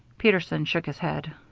peterson shook his head.